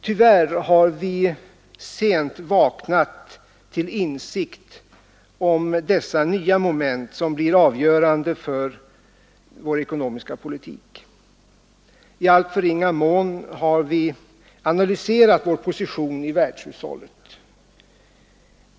Tyvärr har vi sent vaknat till insikt om dessa nya moment, som blir av avgörande betydelse för vår ekonomiska politik. I alltför ringa mån har vi analyserat vår position i världshushållet.